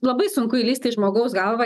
labai sunku įlįsti į žmogaus galvą